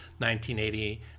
1980